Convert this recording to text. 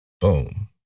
Boom